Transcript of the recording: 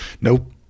Nope